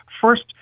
first